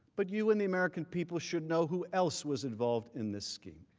but you and the american people should know who else was involved in this scheme.